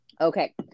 Okay